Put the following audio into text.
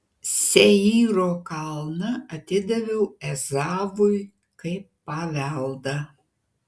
seyro kalną atidaviau ezavui kaip paveldą